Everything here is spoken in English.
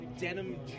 denim